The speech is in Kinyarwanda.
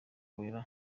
wera